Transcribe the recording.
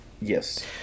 Yes